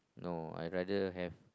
no I rather have